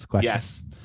Yes